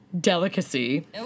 delicacy